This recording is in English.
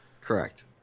Correct